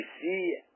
see